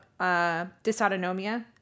dysautonomia